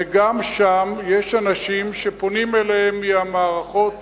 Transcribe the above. וגם שם יש אנשים שפונים אליהם מהמערכות